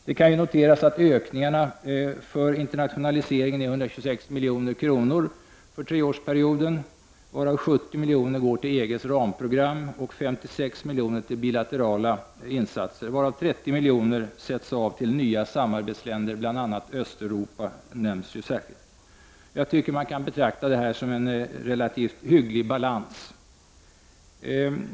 Det kan noteras att ökningarna för internationaliseringen är 126 milj.kr. för treårsperioden, varav 70 miljoner går till EGs ramprogram och 56 miljoner till bilaterala insatser, varav 30 miljoner sätts av till nya samarbetsländer — Östeuropa nämns ju särskilt. Jag tycker att man kan betrakta detta som en relativt hygglig balans.